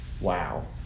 Wow